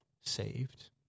saved